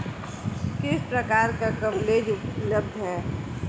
किस प्रकार का कवरेज उपलब्ध है?